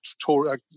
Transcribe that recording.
tour